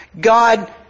God